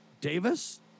Davis